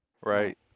Right